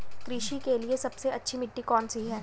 कृषि के लिए सबसे अच्छी मिट्टी कौन सी है?